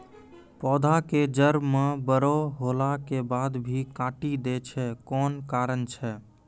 पौधा के जड़ म बड़ो होला के बाद भी काटी दै छै कोन कारण छै?